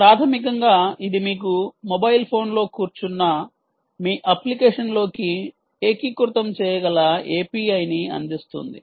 ప్రాథమికంగా ఇది మీకు మొబైల్ ఫోన్లో కూర్చున్న మీ అప్లికేషన్లోకి ఏకీకృతం చేయగల API ని అందిస్తుంది